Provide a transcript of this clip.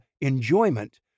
enjoyment